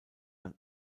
man